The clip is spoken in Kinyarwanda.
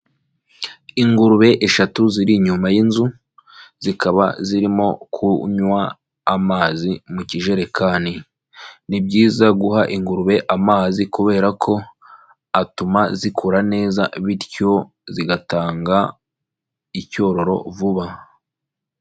Ingurube eshatu ziri inyuma y'inzu, zikaba zirimo kunywa amazi mu kijerekani, ni byiza guha ingurube amazi kubera ko atuma zikura neza bityo zigatanga icyororo vuba.